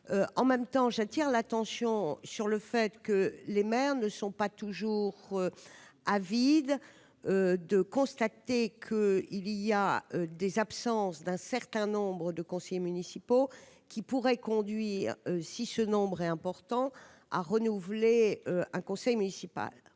en même temps j'attire l'attention sur le fait que les maires ne sont pas toujours avide de constater que, il y a des absences d'un certain nombre de conseillers municipaux qui pourrait conduire, si ce nombre est important à renouveler un conseil municipal,